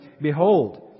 behold